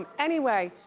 um anyway,